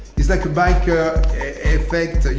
it's like a biker effect.